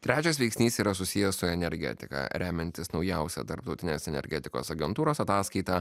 trečias veiksnys yra susijęs su energetika remiantis naujausia tarptautinės energetikos agentūros ataskaita